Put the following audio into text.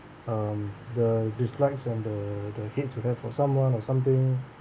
um the dislikes and the the hates you have for someone or something